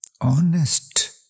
Honest